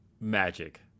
magic